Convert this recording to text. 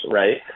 right